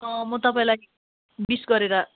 म तपाईँलाई बिस गरेर